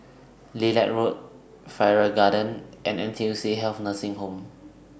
Lilac Road Farrer Garden and N T U C Health Nursing Home